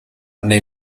nei